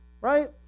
right